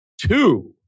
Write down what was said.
two